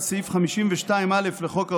על סעיף 52(א) לחוק העונשין,